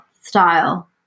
style